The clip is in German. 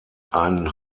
einen